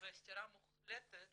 בסתירה מוחלטת